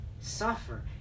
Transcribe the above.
suffer